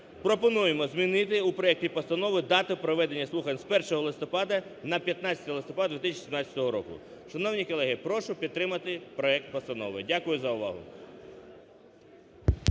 пропонуємо зміни в проекті постанови дату проведення слухань з 1 листопада на 15 листопада 2017 року. Шановні колеги, прошу підтримати проект постанови. Дякую за увагу.